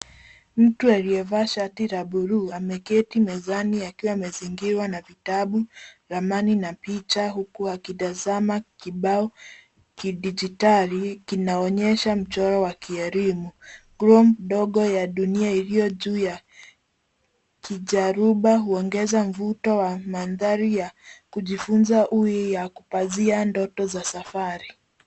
Mtu aliyevaa shati la buluu ameketi mezani akiwa amezingirwa na vitabu, ramani na picha huku akitazama kibao kidigitari kinaonyesha mchoro wa kielimu. Grome ndogo ya dunia iliyo juu ya kijaruba huongeza mvuto wa mandhari ya kujifunza ui ya kupazia ndoto za safari.